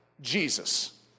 Jesus